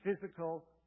physical